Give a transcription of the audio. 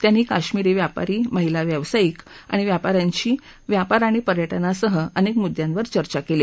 त्यांनी कश्मीरी व्यापारी महिला व्यावसायिक आणि व्यापाऱ्यांशी व्यापार आणि पर्यटनासह अनेक मुद्दांवर चर्चा केली